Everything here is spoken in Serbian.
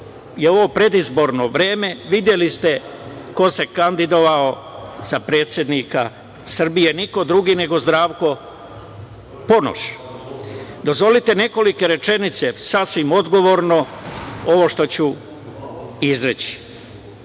je ovo predizborno vreme, videli ste ko se kandidovao za predsednika Srbije, niko drugo nego Zdravko Ponoš. Dozvolite nekoliko rečenica, sasvim odgovorno za ovo što ću izreći.